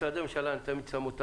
משרדי ממשלה ישמעו